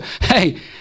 Hey